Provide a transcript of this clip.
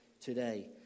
today